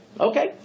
Okay